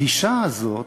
הגישה זאת